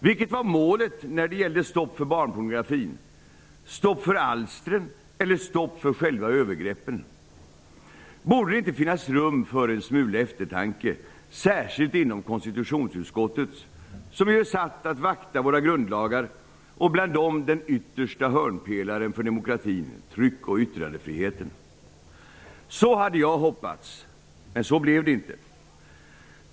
Vilket var målet när det gällde stopp för barnpornografin -- stopp för alstren eller stopp för själva övergreppen? Borde det inte finnas rum för en smula eftertanke, särskilt inom konstitutionsutskottet som är satt att vakta våra grundlagar och bland dem den yttersta hörnpelaren för demokratin: tryck och yttrandefriheten? Så hade jag hoppats, men så blev det inte.